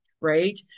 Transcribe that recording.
right